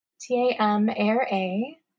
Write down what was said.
T-A-M-A-R-A